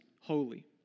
holy